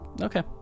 okay